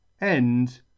End